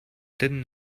didn’t